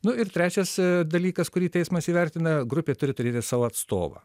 nu ir trečias dalykas kurį teismas įvertina grupė turi turėti savo atstovą